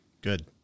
Good